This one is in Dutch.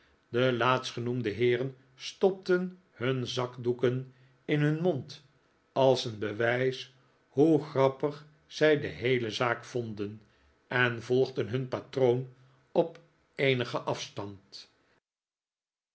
de laatstgenoemde heeren stopten hun zakdoeken in hun mond als een bewijs hoe grappig zij de heele zaak vonden en volgden hun patroon op eenigen afstand